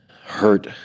hurt